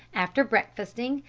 after breakfasting,